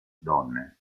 donne